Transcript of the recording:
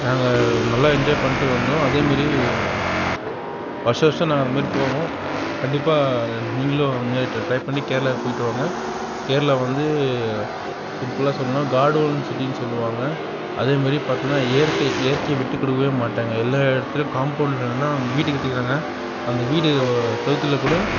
நாங்கள் நல்லா என்ஜாய் பண்ணிட்டு வந்தோம் அதே மாரி வருஷா வருஷம் நாங்கள் அந்த மாதிரி போவோம் கண்டிப்பாக நீங்களும் இது மாதிரி டிரை பண்ணி கேரளாவுக்கு போய்விட்டு வாங்க கேரளா வந்து சிம்பிளாக சொல்லணுனா கார்டு ஹோம் சிட்டினு சொல்லுவாங்க அதே மாதிரி பார்த்தோம்னா இயற்கை இயற்கையை விட்டு கொடுக்கவே மாட்டாங்க எல்லா இடத்துலயும் காம்போன்ட்டில் எல்லாம் வீடு கட்டிவிட்டாங்க அந்த வீடு சுவத்துல கூட